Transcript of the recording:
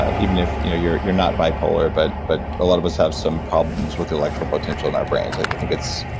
ah even if you know you're you're not bipolar, but but a lot of us have some problems with the electrical potential in our brands. i think it's,